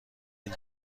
این